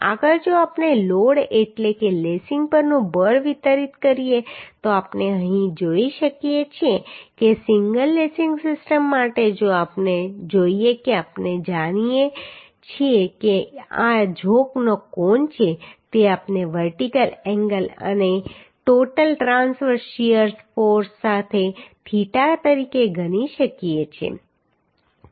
આગળ જો આપણે લોડ એટલે કે લેસિંગ પરનું બળ વિતરિત કરીએ તો આપણે અહીં જોઈ શકીએ છીએ કે સિંગલ લેસિંગ સિસ્ટમ માટે જો આપણે જોઈએ કે આપણે જાણીએ છીએ કે આ ઝોકનો કોણ છે તો આપણે વર્ટિકલ એન્ગલ અને ટોટલ ટ્રાંસવર્સ શીયર ફોર્સ સાથે થીટા તરીકે ગણી શકીએ